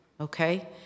okay